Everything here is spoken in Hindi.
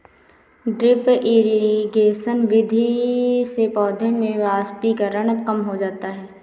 ड्रिप इरिगेशन विधि से पौधों में वाष्पीकरण कम हो जाता है